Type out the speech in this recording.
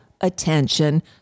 attention